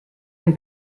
den